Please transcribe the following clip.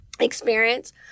experience